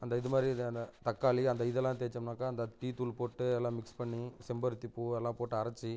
அந்த இது மாதிரி இதுதான தக்காளி அந்த இதெல்லாம் தேய்ச்சம்னாக்கா அந்த டீத்தூள் போட்டு எல்லாம் மிக்ஸ் பண்ணி செம்பருத்திப்பூ எல்லாம் போட்டு அரைச்சி